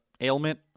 ailment